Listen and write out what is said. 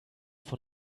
von